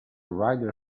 ryder